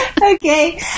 Okay